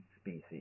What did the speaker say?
species